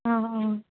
অঁ অঁ অঁ